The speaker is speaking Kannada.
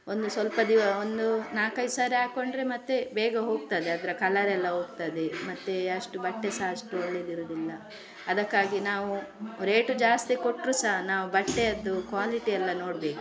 ಒಂದು ಸ್ವಲ್ಪ ದಿವ ಒಂದು ನಾಲ್ಕೈದು ಸರಿ ಹಾಕೊಂಡ್ರೆ ಮತ್ತೆ ಬೇಗ ಹೋಗ್ತದೆ ಅದರೆ ಕಲರ್ ಎಲ್ಲ ಹೋಗ್ತದೆ ಮತ್ತೆ ಅಷ್ಟು ಬಟ್ಟೆ ಸಹ ಅಷ್ಟು ಒಳ್ಳೆದಿರೋದಿಲ್ಲ ಅದಕ್ಕಾಗಿ ನಾವು ರೇಟು ಜಾಸ್ತಿ ಕೊಟ್ಟರು ಸಹ ನಾವು ಬಟ್ಟೆಯದ್ದು ಕ್ವಾಲಿಟಿ ಎಲ್ಲ ನೋಡಬೇಕು